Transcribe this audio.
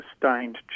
sustained